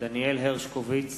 דניאל הרשקוביץ,